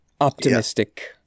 optimistic